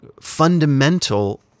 fundamental